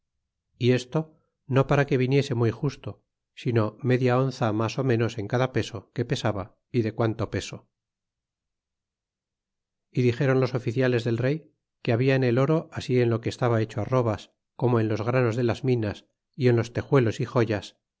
y esto no para que viniese muy justo sino media onza mas ó ménos en cada peso que pesaba y de quanto peso y dixéron los oficiales del rey que habia en el oro así en lo que estaba hecho arrobas como en los granos de las minas y en los tejuelos y joyas